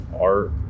art